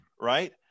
right